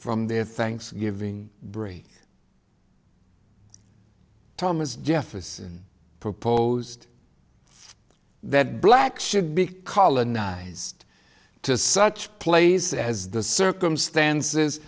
from their thanksgiving break thomas jefferson proposed that blacks should be colonized to such plays as the circumstances